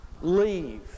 leave